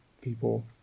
people